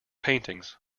paintings